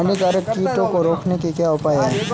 हानिकारक कीट को रोकने के क्या उपाय हैं?